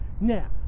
Now